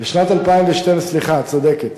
את צודקת.